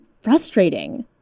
frustrating